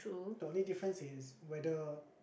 the only different is whether